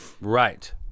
Right